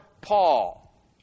Paul